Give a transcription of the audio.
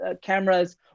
cameras